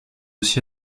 aussi